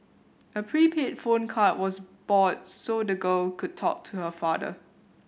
a prepaid phone card was bought so the girl could talk to her father